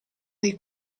dei